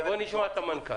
אז בוא נשמע את המנכ"ל.